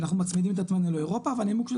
אנחנו מצמידים את עצמנו לאירופה והנימוק של